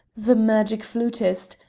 the magic flautist,